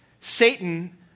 Satan